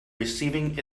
receiving